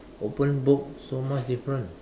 open book so much different